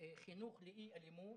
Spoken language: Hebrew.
חינוך לאי-אלימות,